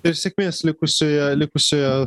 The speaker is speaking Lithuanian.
ir sėkmės likusioje likusioje